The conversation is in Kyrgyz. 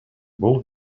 бул